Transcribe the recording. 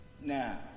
Now